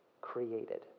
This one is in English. created